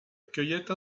cueillette